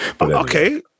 Okay